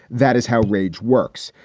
that is how rage works.